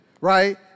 right